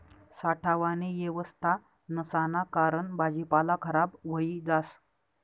साठावानी येवस्था नसाना कारण भाजीपाला खराब व्हयी जास